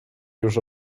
już